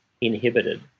inhibited